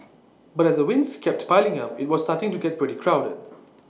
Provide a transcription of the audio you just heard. but as the wins kept piling up IT was starting to get pretty crowded